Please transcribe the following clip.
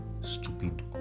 stupid